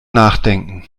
nachdenken